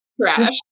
crash